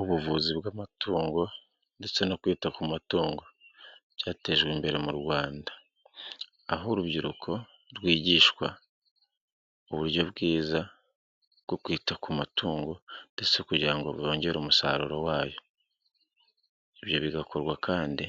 Ubuvuzi bw'amatungo ndetse no kwita ku matungo byatejwe imbere mu Rwanda aho urubyiruko rwigishwa uburyo bwiza bwo kwita ku matungo, ndetse kugira ngo bwongere umusaruro wayo. Ibyo bigakorwa kandi